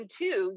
two